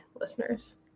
listeners